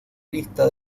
lista